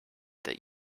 that